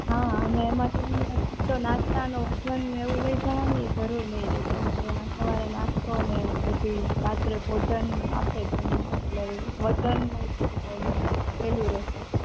હા અને એમાં ખૂટે તો નાસ્તાનો વજન ને એવું લઈ જવાની એ જરુર નહીં રે કેમ કે અહીંયાં સવારે નાસ્તો ને બધુંઈ રાત્રે ભોજન આપે છે અહિયા એટલે વજનનું ઓલુ સેહલું રેહશે